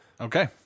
Okay